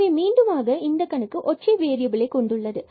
எனவே மீண்டும் ஆக இந்த கணக்கு ஒற்றை வேறியபில் ஐ கொண்டுள்ளது